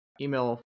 email